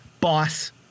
boss